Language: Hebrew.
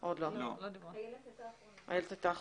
כי הם כאילו צריכים להכליל,